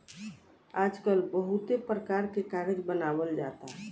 आजकल बहुते परकार के कागज बनावल जाता